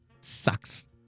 Sucks